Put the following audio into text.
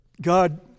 God